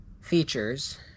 features